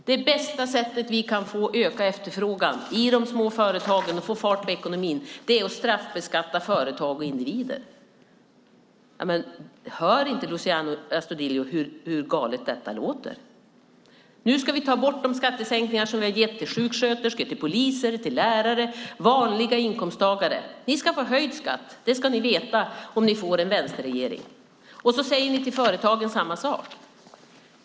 Det bästa sättet för att öka efterfrågan i de små företagen och få fart på ekonomin är att straffbeskatta företag och individer. Hör inte Luciano Astudillo hur galet detta låter? Nu ska vi ta bort de skattesänkningar som vi har gett till sjuksköterskor, till poliser, till lärare och till andra vanliga inkomsttagare. De ska få höjd skatt om det blir en vänsterregering. Det ska de veta. Ni säger samma sak till företagen.